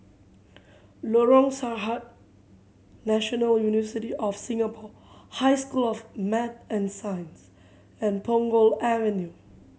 Lorong Sarhad National University of Singapore High School of Math and Science and Punggol Avenue